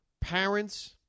Parents